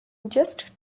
just